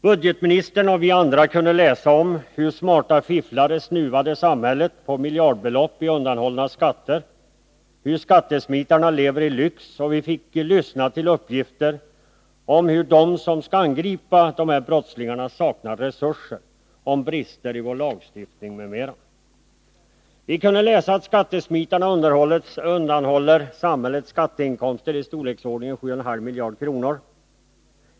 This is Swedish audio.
Budgetministern och vi andra kunde läsa om hur smarta fifflare snuvade samhället på miljardbelopp i undanhållna skatter, hur skattesmitarna lever i lyx, och vi fick lyssna till uppgifter om hur de som skall angripa dessa brottslingar saknar resurser, om brister i vår lagstiftning m.m. Vi kunde läsa att skattesmitarna undanhåller samhället skatteinkomster i storleksordningen 7,5 miljarder kronor.